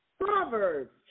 Proverbs